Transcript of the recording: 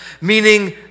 meaning